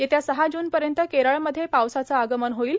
येत्या सहा जूनपर्यंत केरळमध्ये पावसाचं आगमन होईल